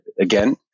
again